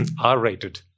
R-rated